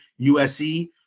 USC